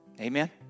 Amen